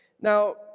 Now